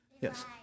Yes